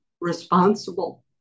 responsible